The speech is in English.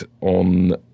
on